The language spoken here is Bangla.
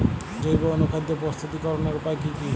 জৈব অনুখাদ্য প্রস্তুতিকরনের উপায় কী কী?